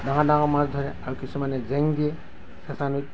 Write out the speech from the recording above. ডাঙৰ ডাঙৰ মাছ ধৰে আৰু কিছুমানে জেং দিয়ে চেঁচা নৈত